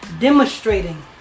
demonstrating